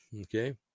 okay